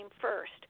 first